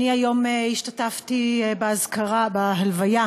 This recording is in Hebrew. השתתפתי היום בהלוויה